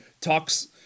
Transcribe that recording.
talks